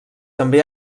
també